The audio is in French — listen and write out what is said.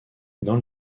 dans